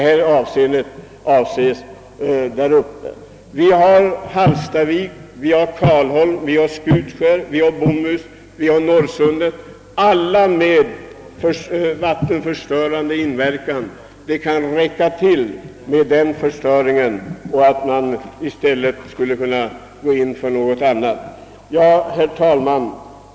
Tidigare finns företag i branschen i Hallstavik, i Karlsholm, i Skutskär, i Bomhus och i Norrsundet, alla med vattenförstörande inverkan. Det kan räcka med den förstöringen. Herr talman!